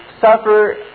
suffer